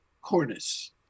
cornice